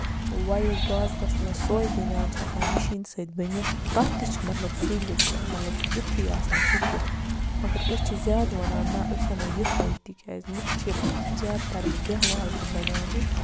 ووٚں ییٚلہِ بازرَس منٛز سۄے بٔنیان چھےٚ آسان مِشیٖن سۭتۍ بٔنِتھ تَتھ تہِ چھُ مطلب سُے لُک مطلب تِتھُے آسان سُہ تہِ مَگر أسۍ چھِ زیادٕ وَنان نہ أسۍ اَنو یِہوے تِکیازِ لُکھ چھِ زیادٕ تر بیہول تہِ بَنیومٕتۍ